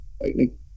Lightning